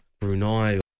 Brunei